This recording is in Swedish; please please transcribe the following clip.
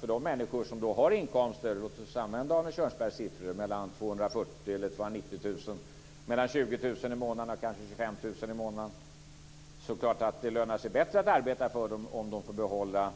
För de människor som då har inkomster mellan 240 000 kr och 290 000 kr, dvs. mellan 20 000 kr och 25 000 kr i månaden, är det klart att det lönar sig bättre att arbeta om de får behålla